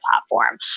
platform